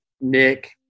Nick